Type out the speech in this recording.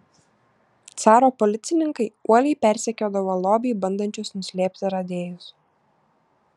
caro policininkai uoliai persekiodavo lobį bandančius nuslėpti radėjus